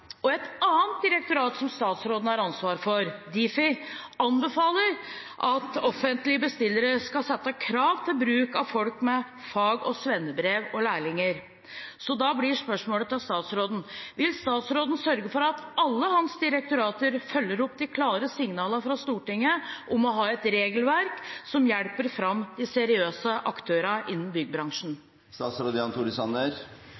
Et annet direktorat som statsråden har ansvaret for, Difi, anbefaler at offentlige bestillere skal stille krav om bruk av folk med fag- og svennebrev og lærlinger. Da blir spørsmålet til statsråden: Vil han sørge for at alle hans direktorater følger opp de klare signalene fra Stortinget om å ha et regelverk som hjelper fram de seriøse aktørene innen